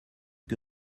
que